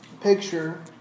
picture